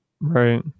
right